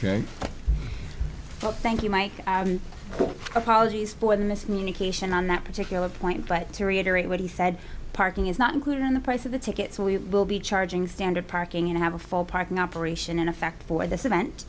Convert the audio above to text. ok thank you mike apologies for the miscommunication on that particular point but to reiterate what he said parking is not included in the price of the ticket so we will be charging standard parking and have a full parking operation in effect for this event